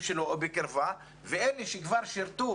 שלו או בקרבת מקום ואלה שכבר שירתו